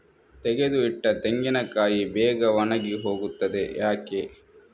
ತೆಗೆದು ಇಟ್ಟ ತೆಂಗಿನಕಾಯಿ ಬೇಗ ಒಣಗಿ ಹೋಗುತ್ತದೆ ಯಾಕೆ?